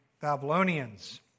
Babylonians